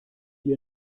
ihr